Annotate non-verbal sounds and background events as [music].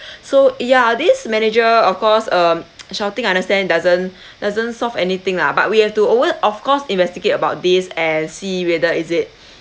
so ya this manager of course um [noise] shouting I understand doesn't doesn't solve anything lah but we have to always of course investigate about this and see whether is it